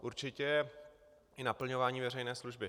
Určitě i naplňování veřejné služby.